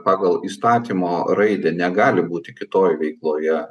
pagal įstatymo raidę negali būti kitoj veikloje